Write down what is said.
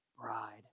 bride